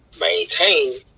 maintain